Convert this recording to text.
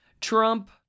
Trump